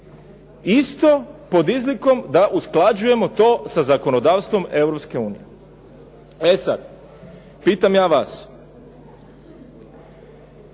isto pod izlikom da usklađujemo to sa zakonodavstvom Europske unije. E sad, pitam ja vas,